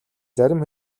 зарим